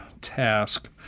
task